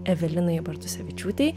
evelinai bartusevičiūtei